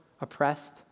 oppressed